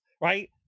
right